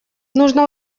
нужно